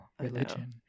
religion